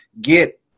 get